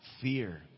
fear